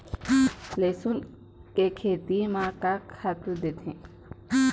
लेसुन के खेती म का खातू देथे?